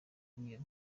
n’iyo